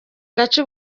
gace